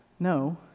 No